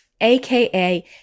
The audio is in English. AKA